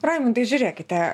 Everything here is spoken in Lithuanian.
raimundai žiūrėkite